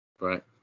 Right